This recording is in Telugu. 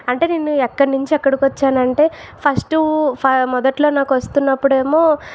అంటే నేను ఎక్కడనుంచి ఎక్కడికి వచ్చానంటే ఫష్టు మొదట్లో నాకు వస్తునపుడేమో